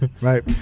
right